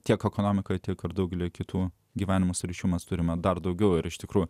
tiek ekonomikoje tiek ir daugelyje kitų gyvenimus rišimas turime dar daugiau ir iš tikrųjų